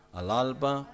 Al-alba